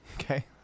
Okay